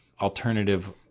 alternative